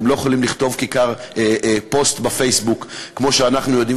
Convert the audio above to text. הם לא יכולים לכתוב פוסט בפייסבוק כמו שאנחנו יודעים.